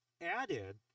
added